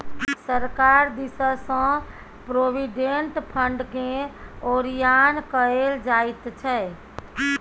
सरकार दिससँ प्रोविडेंट फंडकेँ ओरियान कएल जाइत छै